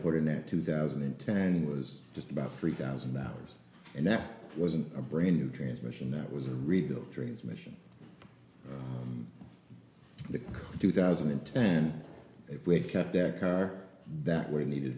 that two thousand and ten was just about three thousand dollars and that wasn't a brand new transmission that was a rebuilt transmission the two thousand and ten if we kept that car that we needed